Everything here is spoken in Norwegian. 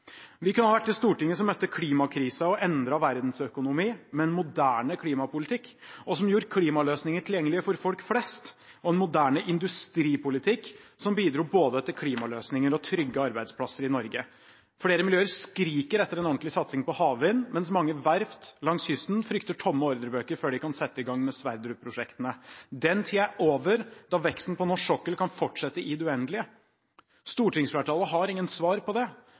Vi kunne ha vært det stortinget som møtte klimakrisen og en endret verdensøkonomi med en moderne klimapolitikk, som gjorde klimaløsninger tilgjengelige for folk flest, og en moderne industripolitikk som bidro både til klimaløsninger og til trygge arbeidsplasser i Norge. Flere miljøer skriker etter en ordentlig satsing på havvind, mens mange verft langs kysten frykter tomme ordrebøker før de kan sette i gang med Sverdrup-prosjektene. Den tiden er over at veksten på norsk sokkel kan fortsette i det uendelige. Stortingsflertallet har ingen svar på det.